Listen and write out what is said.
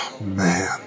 man